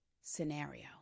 scenario